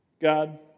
God